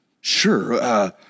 sure